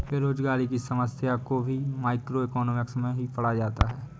बेरोजगारी की समस्या को भी मैक्रोइकॉनॉमिक्स में ही पढ़ा जाता है